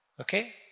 okay